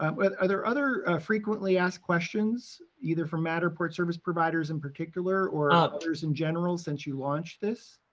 um but other other frequently asked questions, either from matterport service providers in particular, or others in general since you launched this?